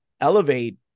elevate